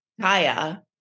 Kaya